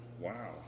Wow